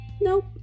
Nope